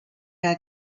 are